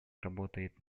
работает